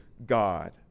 God